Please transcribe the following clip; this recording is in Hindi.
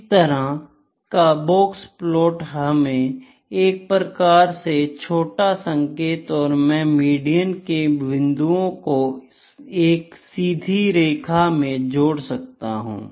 इस तरह का बॉक्सप्लॉट हमें एक प्रकार से छोटा संकेत और मैं मीडियन के बिंदुओं को एक सीधी रेखा में जोड़ सकता हूं